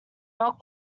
not